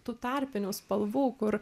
tų tarpinių spalvų kur